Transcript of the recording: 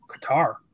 Qatar